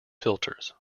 filters